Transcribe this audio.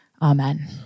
Amen